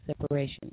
separation